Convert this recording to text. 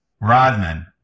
Rodman